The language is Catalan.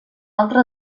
altra